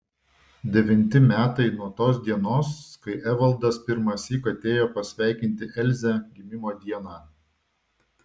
devinti metai nuo tos dienos kai evaldas pirmąsyk atėjo pasveikinti elzę gimimo dieną